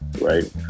right